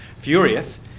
furious,